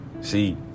See